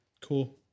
Cool